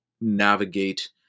navigate